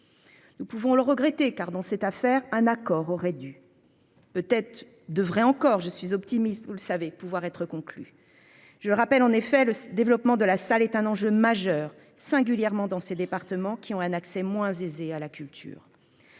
Nous pouvons le regretter car dans cette affaire. Un accord aurait dû. Peut-être devrait encore je suis optimiste, vous le savez, pouvoir être conclu. Je rappelle en effet le développement de la salle est un enjeu majeur singulièrement dans ces départements qui ont un accès moins aisé à la culture.